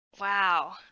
Wow